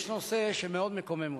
יש נושא שמאוד מקומם אותי.